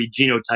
genotype